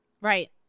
Right